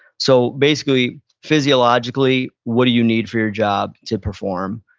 so basically, physiologically what do you need for your job to perform?